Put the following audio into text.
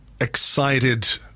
excited